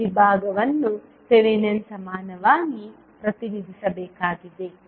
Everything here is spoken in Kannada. ಈ ವಿಭಾಗವನ್ನು ಥೆವೆನಿನ್ ಸಮಾನವಾಗಿ ಪ್ರತಿನಿಧಿಸಬೇಕಾಗಿದೆ